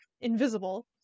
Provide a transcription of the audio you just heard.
invisible